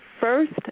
first